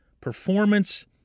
performance